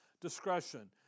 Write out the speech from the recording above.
discretion